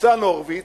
ניצן הורוביץ,